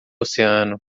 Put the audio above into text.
oceano